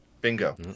bingo